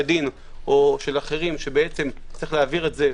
הדין או של אחרים שצריך להעביר את זה,